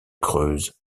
creuse